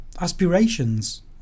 aspirations